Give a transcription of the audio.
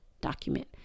document